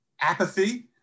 apathy